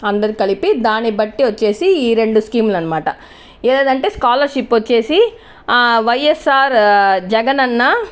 అందరికీ కలిపి దాన్నిబట్టి వచ్చేసి రెండు స్కీములనమాట ఏదంటే స్కాలర్షిప్ వచ్చేసి వైయస్సార్ జగన్ అన్న